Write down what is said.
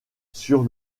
sur